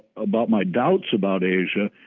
about my doubts about asia